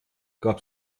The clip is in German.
gab